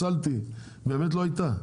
באמת לא הייתה.